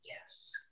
Yes